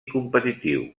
competitiu